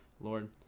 Lord